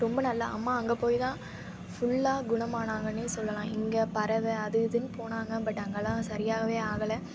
ரொம்ப நல்லா அம்மா அங்க போய் தான் ஃபுல்லாக குணமானங்கனே சொல்லலாம் இங்கே பறவை அது இதுன்னு போனாங்க பட் அங்கெல்லாம் சரியாகவே ஆகலை